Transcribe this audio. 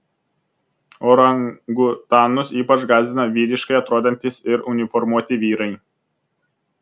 orangutanus ypač gąsdina vyriškai atrodantys ir uniformuoti vyrai